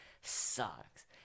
sucks